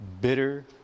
bitter